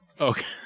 Okay